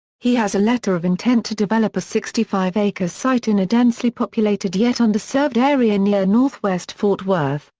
he has a letter of intent to develop a sixty five acre site in a densely populated yet underserved area near northwest fort worth,